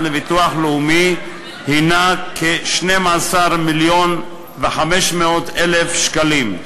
לביטוח לאומי היא כ-12 מיליון ו-500,000 שקלים.